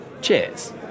Cheers